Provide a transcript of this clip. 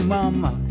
Mama